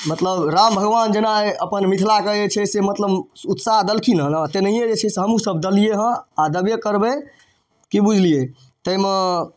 मतलब राम भगवान जेना अपन मिथिलाके जे छै से मतलब उत्साह देलखिन हँ ने तेनाहिए जे छै से हमहूँसब देलिए हँ आओर देबे करबै कि बुझलिए ताहिमे